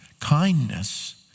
kindness